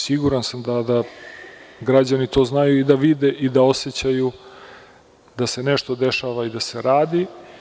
Siguran sam da građani to znaju, da vide i da osećaju da se nešto dešava i da se radi.